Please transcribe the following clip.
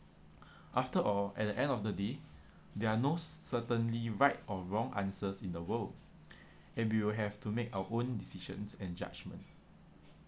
after all at the end of the day there are no certainly right or wrong answers in the world and we will have to make our own decisions and judgment